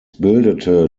bildete